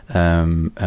um, ah,